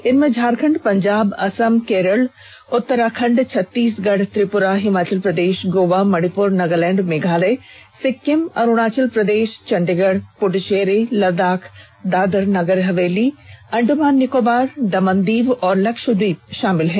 इनमें झारखंड पंजाब असम केरल उत्तराखंड छत्तीसगढ़ त्रिप्रा हिमाचल प्रदेश गोवा मणिप्र नागालैंड मेघालय सिक्किम अरुणाचल प्रदेश चंडीगढ़ पुड्चेरी लद्दाख दादर नगर हवेली अंडमान निकोबर दमन दीव और लक्षद्वीप शामिल हैं